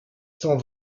cent